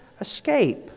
escape